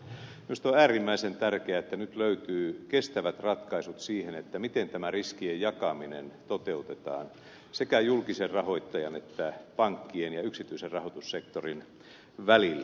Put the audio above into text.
minusta on äärimmäisen tärkeää että nyt löytyy kestävät ratkaisut siihen miten tämä riskien jakaminen toteutetaan sekä julkisen rahoittajan että pankkien ja yksityisen rahoitussektorin välillä